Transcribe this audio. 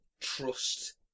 trust